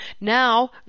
now